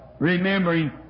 remembering